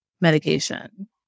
medication